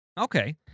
Okay